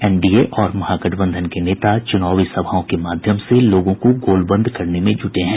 NDA और महागठबंधन के नेता चूनावी सभाओं के माध्यम से लोगों को गोलबंद करने में जुटे हैं